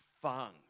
fun